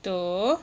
two